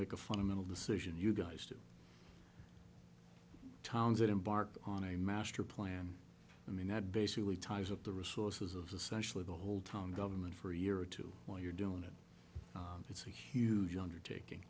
make a fundamental decision you guys two towns that embark on a master plan i mean that basically ties up the resources of essential of the whole town government for a year or two while you're doing it it's a huge undertaking